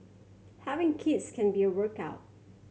having kids can be a workout